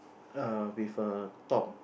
err with a top